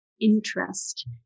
interest